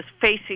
facing